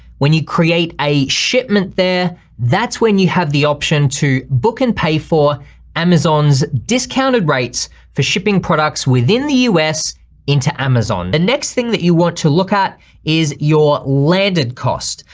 when you create a shipment there that's when you have the option to book and pay for amazon's discounted rates, for shipping products within the us into amazon. the next thing that you want to look at is your landed cost.